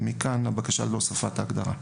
ומכאן הבקשה לא --- את ההגדרה.